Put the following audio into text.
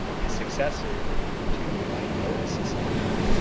is successor to the white lotus society.